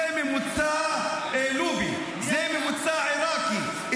שזה ממוצא לובי ושזה ממוצא עיראקי,